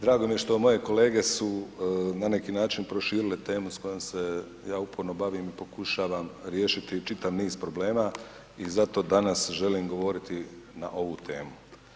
Drago mi je što moje kolege su na neki način proširile temu s kojom se ja uporno bavim i pokušavam riješiti čitav niz problema i zato danas želim govoriti na ovu temu.